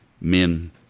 men